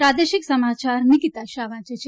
પ્રાદેશિક સમાચાર નીકીતા શાહ વાંચે છે